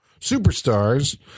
Superstars